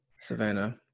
savannah